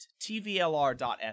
tvlr.fm